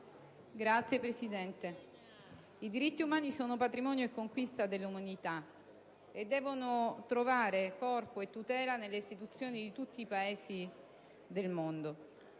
Signora Presidente, i diritti umani sono patrimonio e conquista dell'umanità e devono trovare corpo e tutela nelle istituzioni di tutti i Paesi del mondo.